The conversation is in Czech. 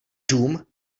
dům